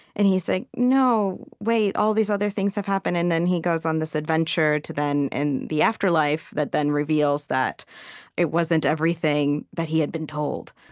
and he's like, no, wait. all these other things have happened. and then he goes on this adventure to, then, and the afterlife, that then reveals that it wasn't everything that he had been told.